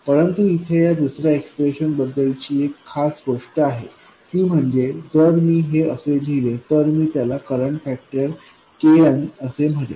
परंतु इथे या दुसऱ्या एक्सप्रेशनबद्दलची एक खास गोष्ट आहे ती म्हणजे जर मी हे असे लिहिले तर मी त्याला करंट फॅक्टर knअसे म्हणेन